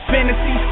Fantasy